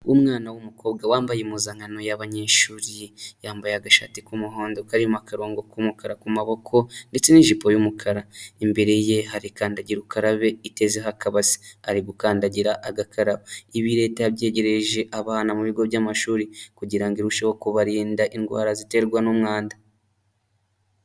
Umwana w'umukobwa wambaye impuzankano y'abanyeshuri, yambaye agashati k'umuhondo karimo akarongo k'umukara ku maboko ndetse n'ijipo y'umukara. Imbere ye hari kandagira ukarabe itezeho akabase, ari gukandagira agakaraba. Ibi leta yabyegereje abana mu bigo by'amashuri kugira ngo irusheho kubarinda indwara ziterwa n'umwanda